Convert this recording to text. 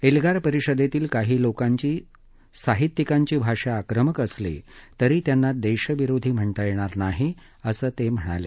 एल्गार परिषदेतील काही लोकांची साहित्यिकांची भाषा आक्रमक असली तरी त्यांना देशविरोधी म्हणता येणार नाही असं ते म्हणाले